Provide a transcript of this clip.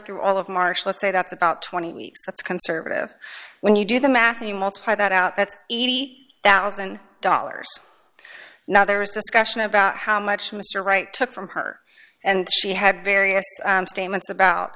through all of march let's say that's about twenty weeks that's conservative when you do the math and you multiply that out that's eighty thousand dollars now there is discussion about how much mr wright took from her and she had various statements about